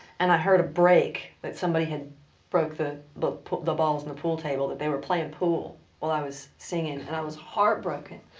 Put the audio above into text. and i heard a break that somebody had broke the but the balls in the pool table, that they were playing pool while i was singing. and i was heartbroken.